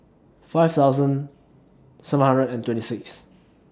five thousand seven hundred and twenty six